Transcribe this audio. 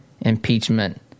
impeachment